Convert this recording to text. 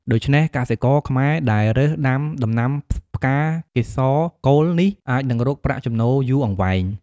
ដូច្នេះ កសិករខ្មែរដែលរើសដំាដំណាំផ្កាកេសរកូលនេះ អាចនឹងរកប្រាក់ចំណូលយូរអង្វែង។